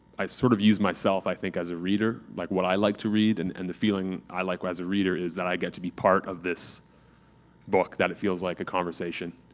i sort of use myself, i think as a reader, like what i like to read. and and the feeling i like as a reader is that i get to be part of this book that it feels like a conversation.